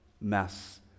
mess